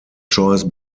choice